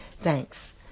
Thanks